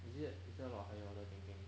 is it is there a lot of higher order thinking